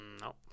No